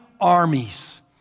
armies